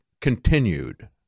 continued